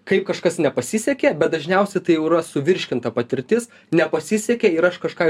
kaip kažkas nepasisekė bet dažniausia tai jau yra suvirškinta patirtis nepasisekė ir aš kažką